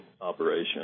operation